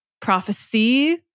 prophecy